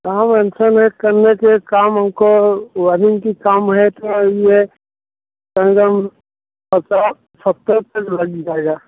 काम ऐसे है करना चाहिए काम हम को वाइरिंग का काम है मतलब पचास सत्तर तो लग ही जाएगा